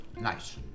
Nice